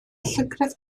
llygredd